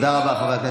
תודה רבה, חבר הכנסת.